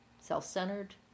self-centered